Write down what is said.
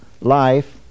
life